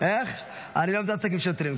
אני לא מתעסק עם שוטרים.